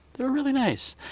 they were really nice.